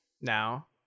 now